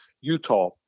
Utah